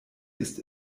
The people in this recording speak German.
ist